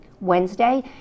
Wednesday